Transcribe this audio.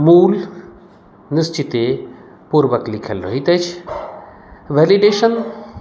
मूल निश्चिते पूर्ववत लिखल रहैत अछि वेलिडेशन